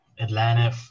Atlanta